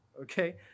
okay